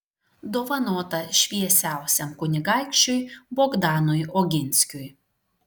dovanota šviesiausiam kunigaikščiui bogdanui oginskiui